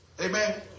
Amen